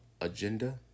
agenda